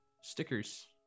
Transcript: stickers